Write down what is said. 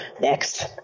next